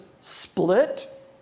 split